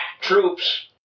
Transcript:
troops